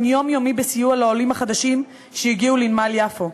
יומיומי בסיוע לעולים החדשים שהגיעו לנמל יפו.